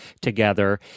together